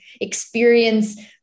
experience